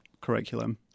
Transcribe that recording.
curriculum